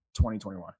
2021